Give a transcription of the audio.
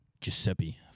Giuseppe